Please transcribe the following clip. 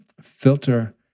filter